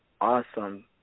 awesome